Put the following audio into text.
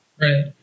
Right